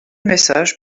messages